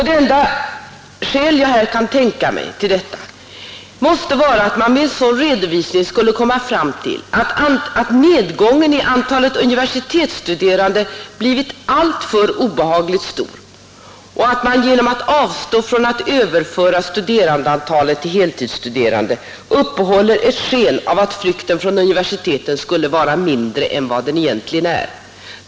Det enda skäl jag kan tänka mig till detta är att man med en sådan redovisning skulle komma fram till att nedgången i antalet universitetsstuderande blir alltför obehagligt stor och att man genom att avstå från att överföra studerandeantalet till heltidsstuderande uppehåller ett sken av att flykten från universiteten skulle vara mindre än vad den egentligen är.